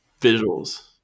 visuals